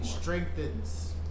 strengthens